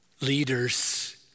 leaders